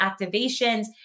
activations